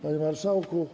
Panie Marszałku!